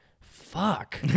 fuck